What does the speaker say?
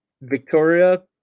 Victoria